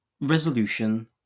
resolution